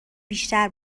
بیشتر